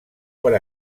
per